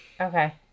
Okay